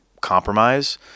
compromise